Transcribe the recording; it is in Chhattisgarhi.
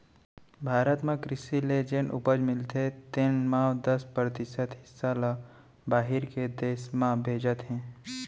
भारत म कृसि ले जेन उपज मिलथे तेन म दस परतिसत हिस्सा ल बाहिर के देस में भेजत हें